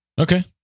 Okay